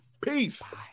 Peace